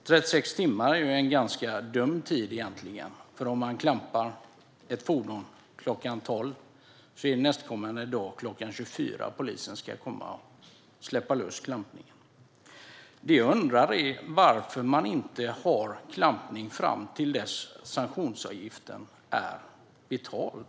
36 timmar är egentligen en ganska dum tid, för om man klampar ett fordon kl. 12 är det nästkommande dag kl. 24 som polisen ska komma och lossa klampningen. Det jag undrar är varför man inte har klampning fram till dess att sanktionsavgiften är betald.